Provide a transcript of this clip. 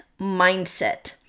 mindset